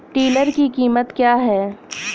Tiller की कीमत क्या है?